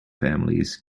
families